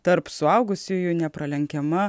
tarp suaugusiųjų nepralenkiama